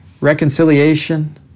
reconciliation